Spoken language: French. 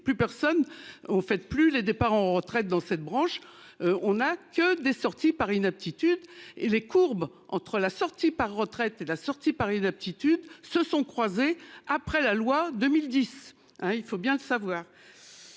plus personne au fait plus les départs en retraite dans cette branche, on a que des sorties par inaptitude et les courbes entre la sortie par retraites et la sortie par une aptitude se sont croisés après la loi 2010 hein il faut bien le savoir.